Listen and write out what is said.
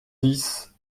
dix